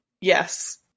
Yes